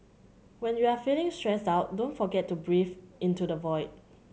when you are feeling stressed out don't forget to breathe into the void